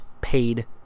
paid